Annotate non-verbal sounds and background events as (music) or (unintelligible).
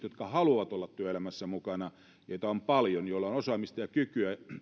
(unintelligible) jotka haluavat olla työelämässä mukana joita on paljon joilla on osaamista ja kykyä